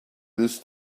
this